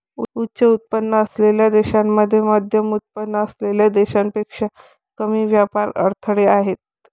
उच्च उत्पन्न असलेल्या देशांमध्ये मध्यमउत्पन्न असलेल्या देशांपेक्षा कमी व्यापार अडथळे आहेत